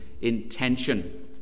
intention